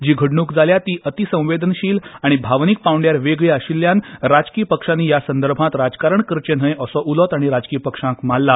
जी घडणूक जाल्या ती अतीसंवेदनशील आनी भावनीक पांवड्यार वेगळी आशिल्ल्यान राजकी पक्षांनी ह्या संदर्भांत नस्तें राजकारण करचें न्हय असो उलो तांणी राजकीय पक्षांक मारला